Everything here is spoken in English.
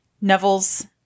Neville's